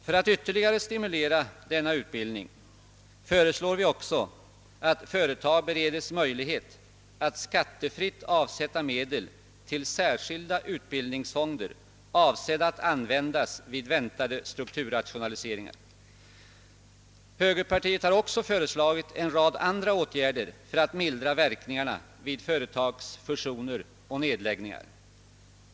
För att ytterligare stimulera denna utbildning föreslår vi också att företag beredes möjlighet att skattefritt avsätta medel till särskilda utbildningsfonder avsedda att användas vid väntade strukturrationaliseringar. Högerpartiet har också föreslagit en rad andra åtgärder för att mildra verkningarna av företagsfusioner och nedläggningar.